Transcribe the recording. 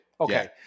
Okay